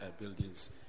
buildings